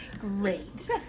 Great